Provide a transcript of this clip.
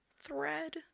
thread